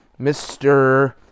Mr